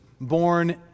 born